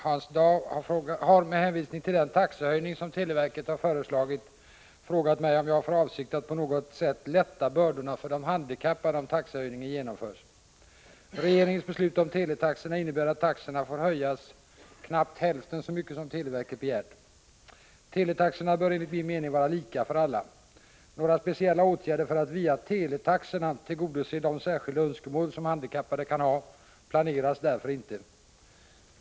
Herr talman! Hans Dau har — med hänvisning till den taxehöjning som televerket har föreslagit — frågat mig om jag har för avsikt att på något sätt lätta bördorna för de handikappade om taxehöjningen genomförs. Regeringens beslut om teletaxorna innebär att taxorna får höjas knappt hälften så mycket som televerket begärt. Teletaxorna bör enligt min mening vara lika för alla. Några speciella åtgärder för att via teletaxorna tillgodose de särskilda önskemål som handikappade kan ha planeras därför inte.